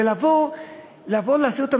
לבוא ולהסית אותם,